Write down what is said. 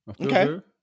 Okay